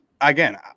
again